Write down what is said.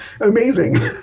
amazing